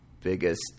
biggest